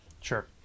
sure